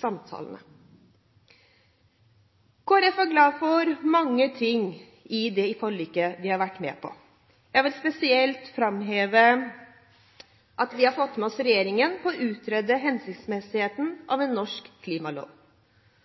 samtalene. Kristelig Folkeparti er glad for mange ting i forliket vi har vært med på. Jeg vil spesielt framheve at vi har fått med oss regjeringen på å utrede hensiktsmessigheten